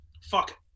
fuck